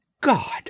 God